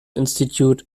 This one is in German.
institute